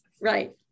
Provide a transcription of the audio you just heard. Right